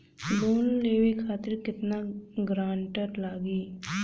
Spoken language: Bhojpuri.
लोन लेवे खातिर केतना ग्रानटर लागी?